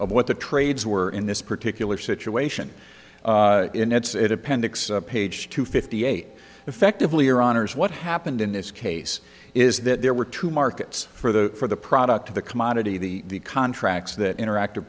of what the trades were in this particular situation in its appendix page two fifty eight effectively or honors what happened in this case is that there were two markets for the for the product of the commodity the contracts that interactive